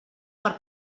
per